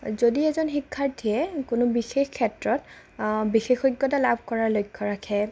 আৰু যদি এজন শিক্ষাৰ্থীয়ে কোনো বিশেষ ক্ষেত্ৰত বিশেষজ্ঞতা লাভ কৰাৰ লক্ষ্য ৰাখে